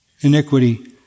iniquity